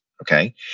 okay